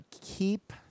keep